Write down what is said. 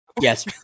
Yes